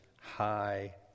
high